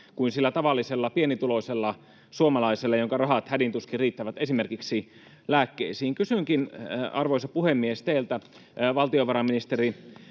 kuin sillä tavallisella pienituloisella suomalaisella, jonka rahat hädin tuskin riittävät esimerkiksi lääkkeisiin. Arvoisa puhemies! Kysynkin teiltä, valtiovarainministeri: